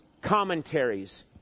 commentaries